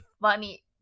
funny